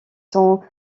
sont